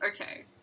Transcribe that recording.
Okay